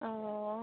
অঁ